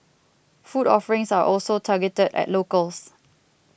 food offerings are also targeted at locals